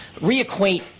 reacquaint